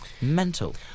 mental